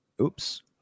Oops